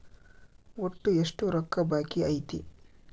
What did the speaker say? ಒಟ್ಟು ಎಷ್ಟು ರೊಕ್ಕ ಬಾಕಿ ಐತಿ?